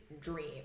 dream